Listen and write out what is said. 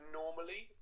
normally